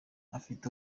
ifite